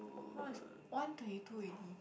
now is one twenty two already